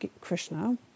Krishna